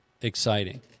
exciting